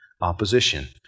opposition